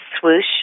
swoosh